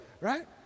Right